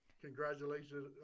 Congratulations